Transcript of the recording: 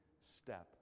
step